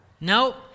Nope